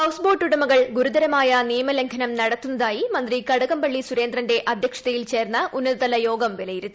house boat ഉടമകൾ ഗുരുതരമായ നിയമലംഘനം നടത്തുന്നതായി മന്ത്രി കടകംപള്ളി സുരേന്ദ്രന്റെ അധ്യക്ഷതയിൽ ചേർന്ന ഉന്നതതല യോഗം വിലയിരുത്തി